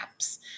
apps